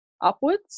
upwards